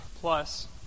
plus